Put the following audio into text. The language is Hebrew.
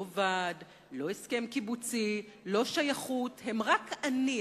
לא ועד, לא הסכם קיבוצי, לא שייכות, הם רק אני.